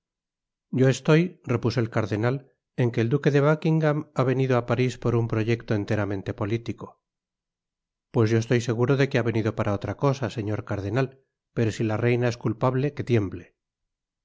yo estoy repuso el cardenal en que el duque de buckingam ha venido á paris por un proyecto enteramente político pues yo estoy seguro que ha venido para otra cosa señor cardenal pero si la reina es culpable que tiemble